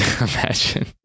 Imagine